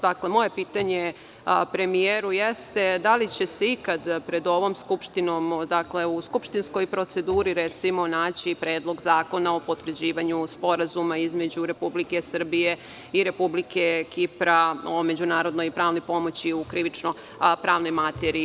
Dakle, moje pitanje je premijeru – da li će se ikad pred ovom Skupštinom, u skupštinskoj proceduri, naći predlog zakona o potvrđivanju sporazuma između Republike Srbije i Republike Kipra o međunarodnoj pravnoj pomoći u krivično-pravnoj materiji?